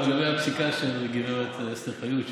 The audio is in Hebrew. לגבי הפסיקה של אסתר חיות,